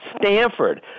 Stanford